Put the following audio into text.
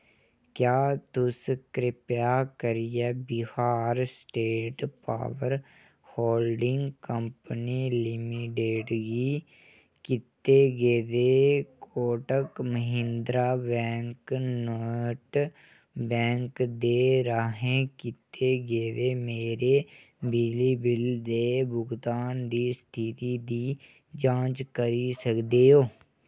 क्या तुस किरपेआ करियै Bihar state power holding company limited गी कीते गेदे कोटक महिंद्रा बैंक नॉट बैंक दे राहें कीते गेदे मेरे बिजली बिल दे भुगतान दी स्थिति दी जांच करी सकदे ओ